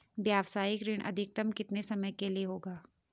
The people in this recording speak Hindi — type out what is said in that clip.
व्यावसायिक ऋण अधिकतम कितने समय के लिए होगा?